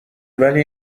ولی